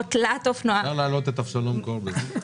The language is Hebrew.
זה כלול בהגדרה בפקודת התעבורה.